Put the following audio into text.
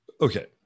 Okay